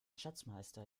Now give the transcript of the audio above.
schatzmeister